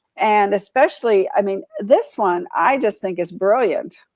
and especially, i mean, this one, i just think is brilliant.